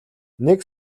нэг